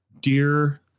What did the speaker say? Dear